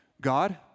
God